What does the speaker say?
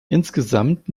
insgesamt